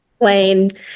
plain